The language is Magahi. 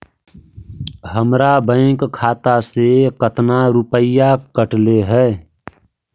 हमरा बैंक खाता से कतना रूपैया कटले है?